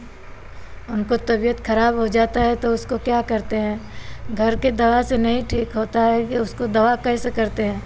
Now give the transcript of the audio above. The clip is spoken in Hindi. उनको तबियत ख़राब हो जाता है तो उसको क्या करते हैं घर के दवा से नहीं ठीक होता है की उसको दवा कैसे करते हैं